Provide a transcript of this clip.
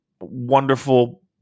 wonderful